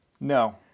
No